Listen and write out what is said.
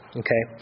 okay